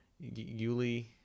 Yuli